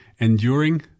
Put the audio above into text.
enduring